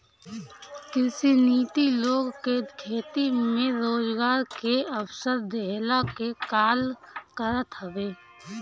कृषि नीति लोग के खेती में रोजगार के अवसर देहला के काल करत हवे